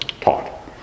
taught